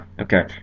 Okay